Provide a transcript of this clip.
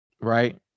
Right